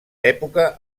època